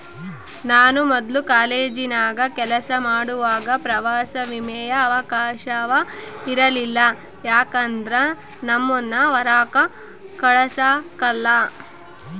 ನಾನು ಮೊದ್ಲು ಕಾಲೇಜಿನಾಗ ಕೆಲಸ ಮಾಡುವಾಗ ಪ್ರವಾಸ ವಿಮೆಯ ಅವಕಾಶವ ಇರಲಿಲ್ಲ ಯಾಕಂದ್ರ ನಮ್ಮುನ್ನ ಹೊರಾಕ ಕಳಸಕಲ್ಲ